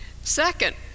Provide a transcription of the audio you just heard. second